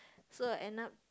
so end up